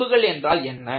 விளிம்புகள் என்றால் என்ன